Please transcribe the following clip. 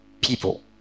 people